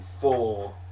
four